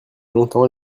longtemps